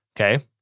Okay